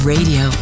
Radio